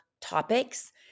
topics